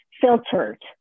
filtered